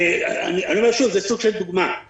אני אומר שוב, זה סוג של דוגמה: